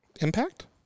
Impact